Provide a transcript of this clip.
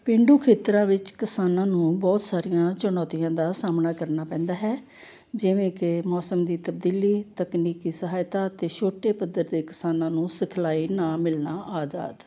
ਪੇਂਡੂ ਖੇਤਰਾਂ ਵਿੱਚ ਕਿਸਾਨਾਂ ਨੂੰ ਬਹੁਤ ਸਾਰੀਆਂ ਚੁਣੌਤੀਆਂ ਦਾ ਸਾਹਮਣਾ ਕਰਨਾ ਪੈਂਦਾ ਹੈ ਜਿਵੇਂ ਕਿ ਮੌਸਮ ਦੀ ਤਬਦੀਲੀ ਤਕਨੀਕੀ ਸਹਾਇਤਾ ਅਤੇ ਛੋਟੇ ਪੱਧਰ ਦੇ ਕਿਸਾਨਾਂ ਨੂੰ ਸਿਖਲਾਈ ਨਾ ਮਿਲਣਾ ਆਦਿ ਆਦਿ